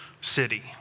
city